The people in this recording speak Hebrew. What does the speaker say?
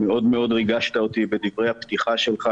שמאוד מאוד ריגשת אותי בדברי הפתיחה שלך